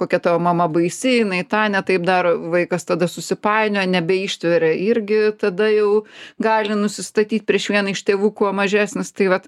kokia tavo mama baisi jinai tą ne taip daro vaikas tada susipainioja nebeištveria irgi tada jau gali nusistatyt prieš vieną iš tėvų kuo mažesnis tai vat